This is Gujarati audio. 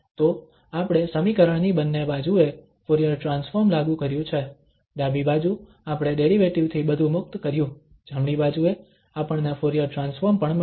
તો આપણે સમીકરણની બંને બાજુએ ફુરીયર ટ્રાન્સફોર્મ લાગુ કર્યું છે ડાબી બાજુ આપણે ડેરિવેટિવ થી બધું મુક્ત કર્યું જમણી બાજુએ આપણને ફુરીયર ટ્રાન્સફોર્મ પણ મળ્યો